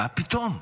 מה פתאום.